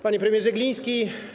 Panie Premierze Gliński!